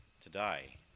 today